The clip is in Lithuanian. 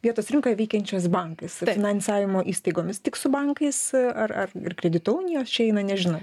vietos rinkoje veikiančiais bankais ir finansavimo įstaigomis tik su bankais ar ar ir kredito unijos čia įeina nežinau